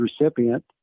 recipient